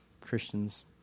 Christians